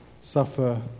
suffer